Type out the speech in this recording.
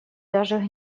даже